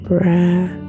breath